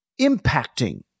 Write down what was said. impacting